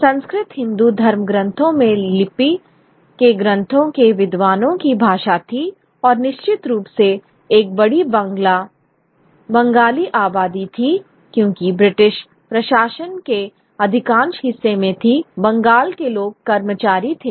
संस्कृत हिंदू धर्मग्रंथों में लिपि के ग्रंथों के विद्वानों की भाषा थी और निश्चित रूप से एक बड़ी बांग्ला बंगाली आबादी थी क्योंकि ब्रिटिश प्रशासन के अधिकांश हिस्से में भी बंगाल के लोग कर्मचारी थे